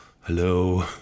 hello